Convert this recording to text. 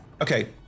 Okay